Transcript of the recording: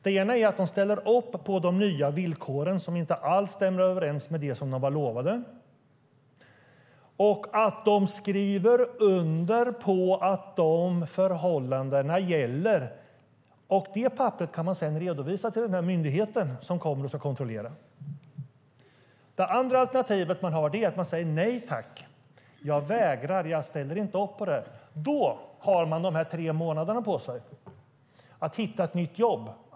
Det ena är att de ställer upp på de nya villkoren som inte alls stämmer överens med det som de var lovade och att de skriver under på att dessa förhållanden gäller. Detta papper kan sedan redovisas till myndigheten som kommer och kontrollerar. Det andra alternativet är att säga nej och vägra ställa upp på det. Då har man tre månader på sig att hitta ett nytt jobb.